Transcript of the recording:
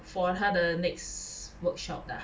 for 他的 next workshop ah